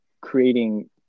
creating